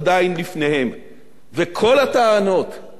וכל הטענות האבסורדיות,